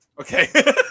okay